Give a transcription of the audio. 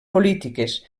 polítiques